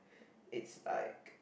it's like